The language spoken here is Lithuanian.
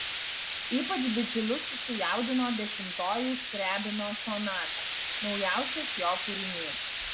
ypač bičiulius sujaudino dešimtoji skriabino sonata naujausias jo kūrinys